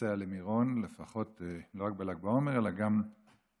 נוסע למירון לא רק בל"ג בעומר אלא גם בקיץ.